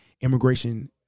immigration